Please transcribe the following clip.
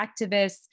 activists